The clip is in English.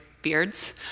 beards